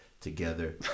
together